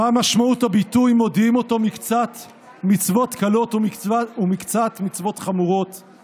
מה משמעות הביטוי "מודיעין אותו מקצת מצוות קלות ומקצת מצוות חמורות";